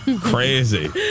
Crazy